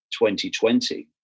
2020